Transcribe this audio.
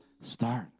start